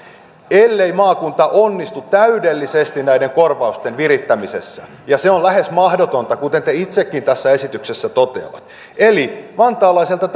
ellei maakunta onnistu täydellisesti näiden korvausten virittämisessä ja se on lähes mahdotonta kuten te itsekin tässä esityksessä toteatte eli vantaalaiselta